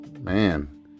man